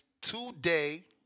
today